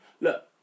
Look